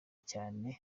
cyane